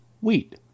wheat